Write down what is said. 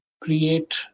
create